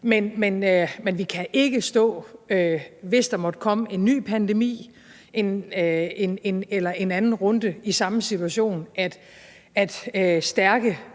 men vi kan ikke, hvis der måtte komme en ny pandemi eller en anden runde, stå i samme situation, hvor stærke,